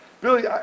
Billy